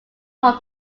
from